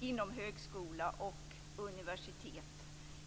inom högskola och universitet.